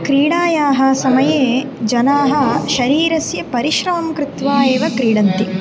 क्रीडायाः समये जनाः शरीरस्य परिश्रमं कृत्वा एव क्रीडन्ति